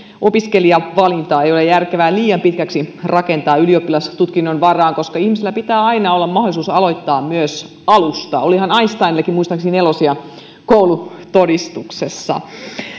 opiskelijavalintaa ei ole järkevää liian pitkälti rakentaa ylioppilastutkinnon varaan koska ihmisellä pitää aina olla myös mahdollisuus aloittaa alusta olihan einsteinillakin muistaakseni nelosia koulutodistuksessa